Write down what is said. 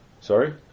sorry